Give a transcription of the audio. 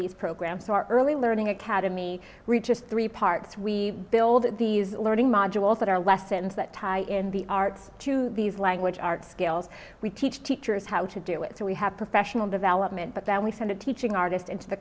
these programs so our early learning academy reaches three parts we build these learning modules that are lessons that tie in the arts to these language arts skills we teach teachers how to do it so we have professional development but then we send a teaching artist into the